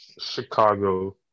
Chicago